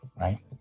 right